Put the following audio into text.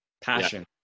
passion